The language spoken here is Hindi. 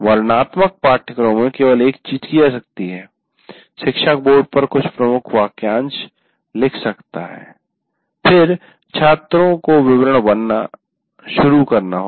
वर्णनात्मक पाठ्यक्रमों में केवल एक चीज की जा सकती है कि शिक्षक बोर्ड पर कुछ प्रमुख वाक्यांश लिख सकता है फिर छात्र को विवरण भरना शुरू करना होगा